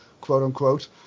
quote-unquote